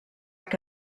que